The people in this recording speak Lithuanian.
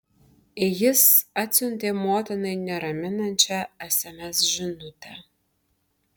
jis atsiuntė motinai neraminančią sms žinutę